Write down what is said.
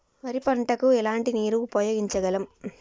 వరి పంట కు ఎలాంటి నీరు ఉపయోగించగలం?